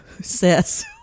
says